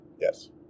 Yes